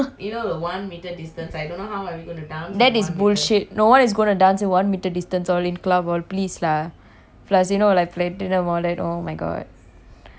that is bullshit no one is going to dance in one meter distance all in club all please lah plus you know like platinum all that oh my god it's so freaking hot and humid